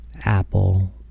Apple